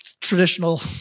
traditional